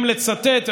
אם לצטט,